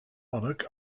monarch